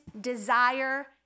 desire